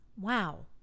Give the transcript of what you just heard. wow